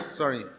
sorry